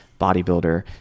bodybuilder